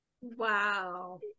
wow